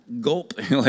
gulp